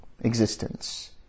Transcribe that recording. existence